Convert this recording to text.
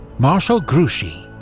marshal grouchy